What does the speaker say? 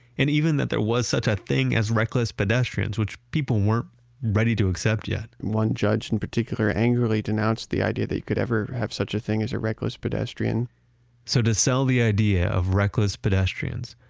and even that there was such a thing as reckless pedestrians, which people weren't ready to accept yet one judge in particular angrily denounced the idea that you could ever have such a thing as a reckless pedestrian so, to sell the idea of reckless pedestrians,